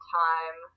time